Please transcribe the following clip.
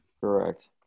correct